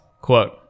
Quote